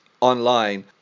online